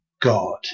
God